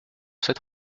cette